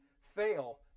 fail